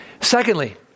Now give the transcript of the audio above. Secondly